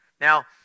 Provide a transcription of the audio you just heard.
Now